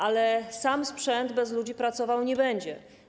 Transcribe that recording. Ale sam sprzęt bez ludzi pracował nie będzie.